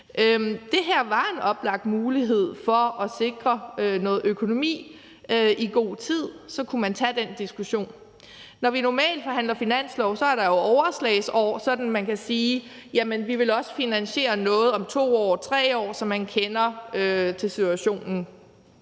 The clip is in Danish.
Det her var en oplagt mulighed for at sikre noget økonomi i god tid; så kunne man tage den diskussion. Når vi normalt forhandler finanslov, er der jo overslagsår, sådan at man kan sige: Jamen vi vil også finansiere noget om 2 år eller 3 år – så man kender til situationen.